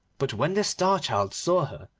but when the star-child saw her,